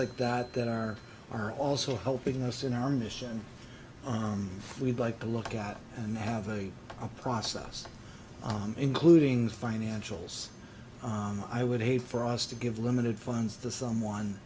like that that are are also helping us in our mission we'd like to look out and have a process including financials i would hate for us to give limited funds the someone